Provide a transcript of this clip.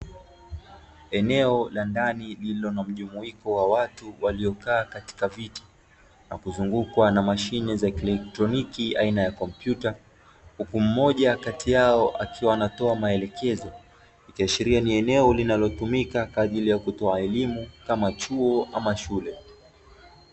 Eneo la ndani lililona mjumuiko wa watu waliokaa katika viti wakizungwa na mashine za kieletroniki aina ya kompyuta, huku mmoja kati yao akiwa anatoa maelekezo ikiashiria ni eneo linalotumika kwa ajili ya kutoa elimu kama chuo ama shule.